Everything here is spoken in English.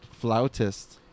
Flautist